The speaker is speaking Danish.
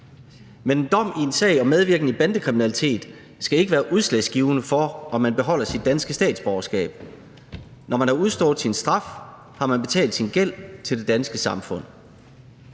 Men en dom i en sag om medvirken i bandekriminalitet skal ikke være udslagsgivende for, om man beholder sit danske statsborgerskab. Når man har udstået sin straf, har man betalt sin gæld til det danske samfund.